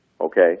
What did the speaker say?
okay